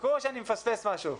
או שאני מפספס משהו?